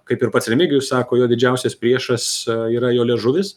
kaip ir pats remigijus sako jo didžiausias priešas yra jo liežuvis